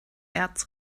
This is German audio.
erz